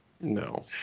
No